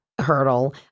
hurdle